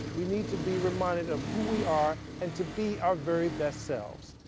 we need to be reminded of who we are, and to be our very best selves.